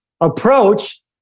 approach